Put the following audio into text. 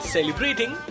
Celebrating